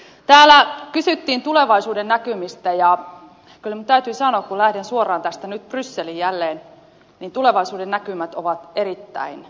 täällä kysyttiin tulevaisuudennäkymistä ja kyllä minun täytyy sanoa kun lähden suoraan tästä nyt brysseliin jälleen että tulevaisuudennäkymät ovat erittäin huonot